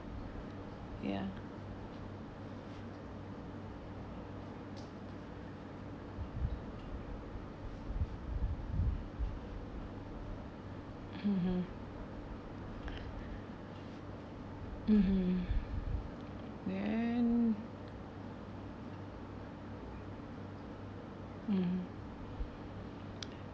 ya (uh huh) (uh huh) then (uh huh)